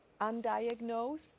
undiagnosed